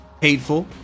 Hateful